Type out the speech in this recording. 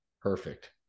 Perfect